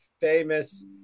famous